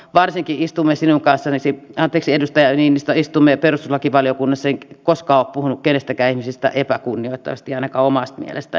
varsinkin kun istumme sinun kanssasi anteeksi edustaja niinistö perustuslakivaliokunnassa niin en ole koskaan puhunut kenestäkään ihmisestä epäkunnioittavasti ainakaan omasta mielestäni